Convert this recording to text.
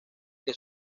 que